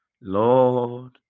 lord